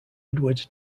edwards